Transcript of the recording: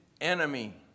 enemy